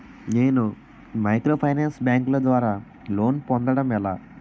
నేను మైక్రోఫైనాన్స్ బ్యాంకుల ద్వారా లోన్ పొందడం ఎలా?